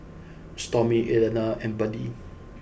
Stormy Alayna and Buddy